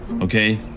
okay